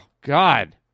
God